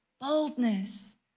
Boldness